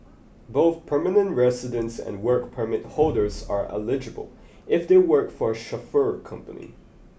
both permanent residents and work permit holders are eligible if they work for a chauffeur company